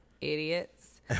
idiots